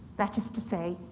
that is to say,